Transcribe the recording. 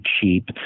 cheap